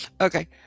Okay